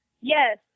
Yes